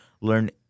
learn